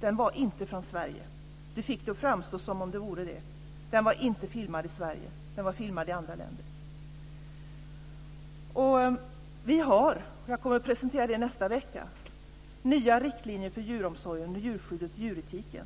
Den var inte från Sverige. Gudrun Lindvall fick det att framstå som om den vore det. Den var inte filmad i Nästa vecka kommer jag att presentera nya riktlinjer för djuromsorgen, djurskyddet och djuretiken.